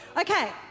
Okay